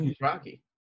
Rocky